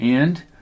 And